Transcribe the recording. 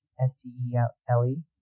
S-T-E-L-E